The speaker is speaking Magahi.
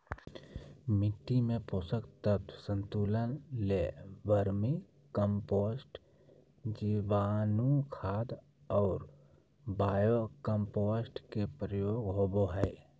मिट्टी में पोषक तत्व संतुलन ले वर्मी कम्पोस्ट, जीवाणुखाद और बायो कम्पोस्ट के प्रयोग होबो हइ